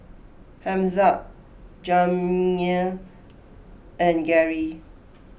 Hamza Jamey and Gary